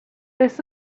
this